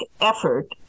effort